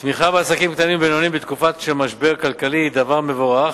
תמיכה בעסקים קטנים ובינוניים בתקופה של משבר כלכלי היא דבר מבורך,